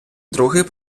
другий